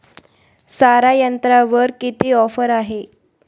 सारा यंत्रावर किती ऑफर आहे?